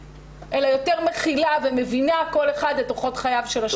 אלא יותר מכילה ומבינה כל אחד את אורחות חייו של השני.